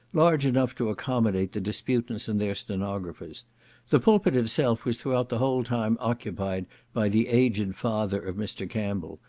large enough to accommodate the disputants and their stenographers the pulpit itself was throughout the whole time occupied by the aged father of mr. campbell,